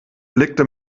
blickte